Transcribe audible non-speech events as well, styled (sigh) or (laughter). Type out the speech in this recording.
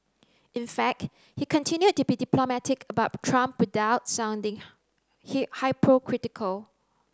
in fact he continued to be diplomatic about Trump without sounding (unintelligible) hypocritical